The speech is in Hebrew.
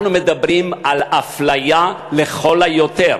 אנחנו מדברים על אפליה לכל היותר.